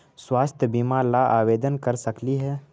स्वास्थ्य बीमा ला आवेदन कर सकली हे?